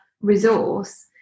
resource